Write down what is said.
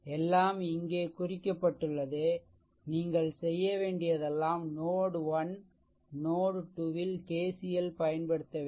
எல்லாம் இங்கே குறிக்கப்பட்டுள்ளது நீங்கள் செய்யவேண்டியதெல்லாம் நோட்1 நோட்2 ல் KCL பயன்படுத்தவேண்டும்